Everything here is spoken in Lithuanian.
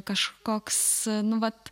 kažkoks nu vat